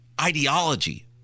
ideology